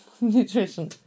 Nutrition